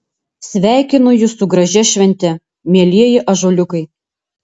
sveikinu jus su gražia švente mielieji ąžuoliukai